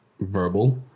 verbal